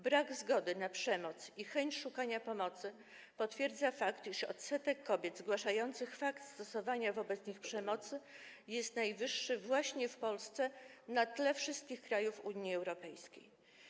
Brak u nas zgody na przemoc i chęć szukania pomocy potwierdza to, iż odsetek kobiet zgłaszających fakt stosowania wobec nich przemocy jest najwyższy właśnie w Polsce na tle wszystkich krajów Unii Europejskiej.